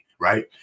Right